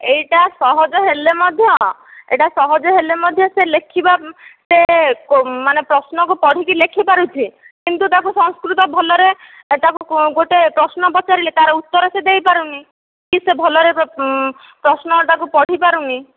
ଏଇଟା ସହଜ ହେଲେ ମଧ୍ୟ ଏଇଟା ସହଜ ହେଲେ ମଧ୍ୟ ସେ ଲେଖିବା ସେ ମାନେ ପ୍ରଶ୍ନକୁ ପଢିକି ଲେଖି ପାରୁଛି କିନ୍ତୁ ତାକୁ ସଂସ୍କୃତ ଭଲରେ ତାକୁ ଗୋଟେ ପ୍ରଶ୍ନ ପଚାରିଲେ ତା ର ଉତ୍ତର ସେ ଦେଇପାରୁନି କି ସେ ଭଲରେ ପ୍ରଶ୍ନ ଟାକୁ ପଢିପାରୁନି